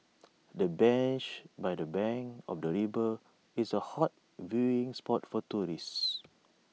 the bench by the bank of the river is A hot viewing spot for tourists